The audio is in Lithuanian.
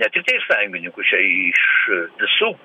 ne tiktai sąjungininkų čia iš visų